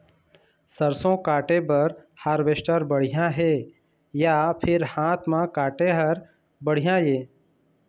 सरसों काटे बर हारवेस्टर बढ़िया हे या फिर हाथ म काटे हर बढ़िया ये?